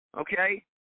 Okay